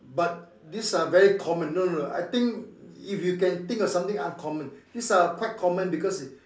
but these are very common no no no I think if you can think of something uncommon these are quite common because you